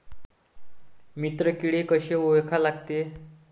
मित्र किडे कशे ओळखा लागते?